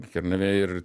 kernavėj ir